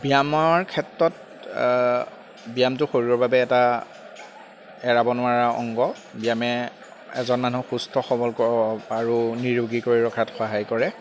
ব্যায়ামৰ ক্ষেত্ৰত ব্যায়ামটো শৰীৰৰ বাবে এটা এৰাব নোৱাৰা অংগ ব্যায়ামে এজন মানুহক সুস্থ সৱল ক আৰু নিৰোগী কৰি ৰখাত সহায় কৰে